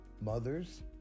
Mothers